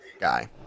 guy